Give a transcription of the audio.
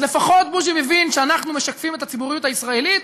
אז לפחות בוז'י מבין שאנחנו משקפים את הציבוריות הישראלית,